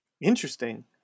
Interesting